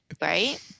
Right